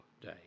day